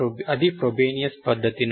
అది ఫ్రోబెనియస్ పద్ధతి నుండి